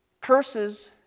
curses